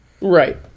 Right